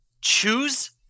choose